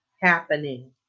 happening